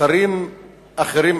שרים אחרים,